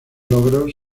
logros